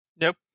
Nope